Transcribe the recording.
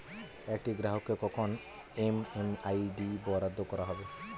একটি গ্রাহককে কখন এম.এম.আই.ডি বরাদ্দ করা হবে?